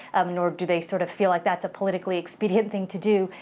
nor do they sort of feel like that's a politically expedient thing to do.